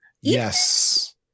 Yes